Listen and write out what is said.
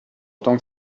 autant